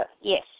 yes